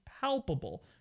palpable